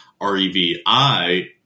R-E-V-I